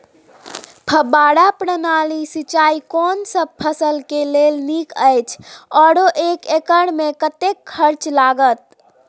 फब्बारा प्रणाली सिंचाई कोनसब फसल के लेल नीक अछि आरो एक एकर मे कतेक खर्च लागत?